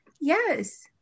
Yes